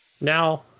Now